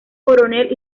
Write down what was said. coronel